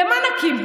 למה נקים,